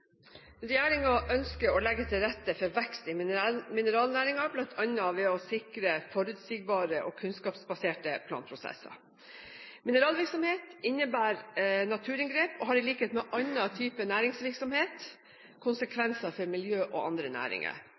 ønsker å legge til rette for vekst i mineralnæringen, bl.a. ved å sikre forutsigbare og kunnskapsbaserte planprosesser. Mineralvirksomhet innebærer naturinngrep og har i likhet med annen type næringsvirksomhet konsekvenser for miljø og andre næringer.